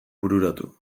bururatu